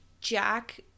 Jack